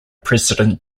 president